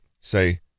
say